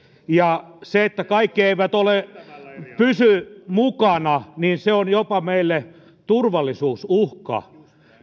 ja että se että kaikki eivät pysy mukana on meille jopa turvallisuusuhka